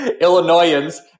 Illinoisans